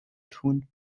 tun